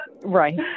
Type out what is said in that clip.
Right